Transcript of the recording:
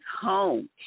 home